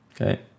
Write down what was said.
okay